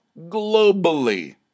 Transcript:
globally